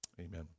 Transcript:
amen